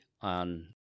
on